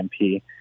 MP